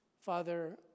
Father